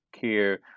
care